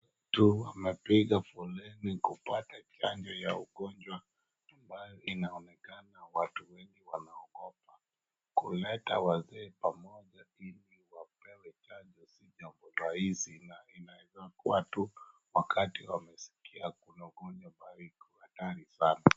Watu wamepiga foleni kupata chanjo ya ugonjwa ambayo inaonekana watu wengi wameogopa. Kuleta wazee pamoja ili wapewe chanjo si jambo rahisi na inaeza kuwa tu wakati wamesikia kuna ugonjwa mahali iko hatari sana.